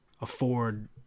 afford